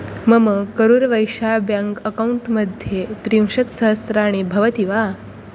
मम करूरवैशा बेङ्क् अकौण्ट्मध्ये त्रिंशत्सहस्राणि भवति वा